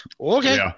Okay